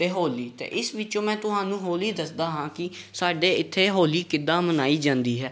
ਅਤੇ ਹੋਲੀ ਅਤੇ ਇਸ ਵਿੱਚੋਂ ਮੈਂ ਤੁਹਾਨੂੰ ਹੋਲੀ ਦੱਸਦਾ ਹਾਂ ਕਿ ਸਾਡੇ ਇੱਥੇ ਹੋਲੀ ਕਿੱਦਾਂ ਮਨਾਈ ਜਾਂਦੀ ਹੈ